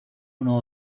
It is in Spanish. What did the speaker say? uno